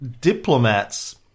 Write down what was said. diplomats